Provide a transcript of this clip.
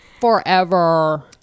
Forever